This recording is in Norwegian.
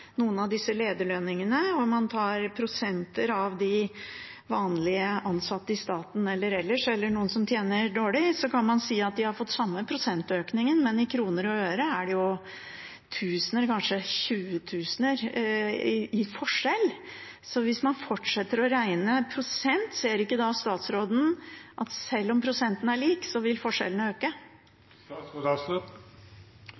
noen av disse lederlønningene, og man tar prosenter av lønnen til de vanlige ansatte i staten eller ellers, eller noen som tjener dårlig, kan man si at de har fått den samme prosentøkningen, men i kroner og øre er det jo tusener, kanskje 20 000 kr, i forskjell. Hvis man fortsetter å regne i prosent, ser ikke da statsråden at selv om prosenten er lik, så vil forskjellene øke?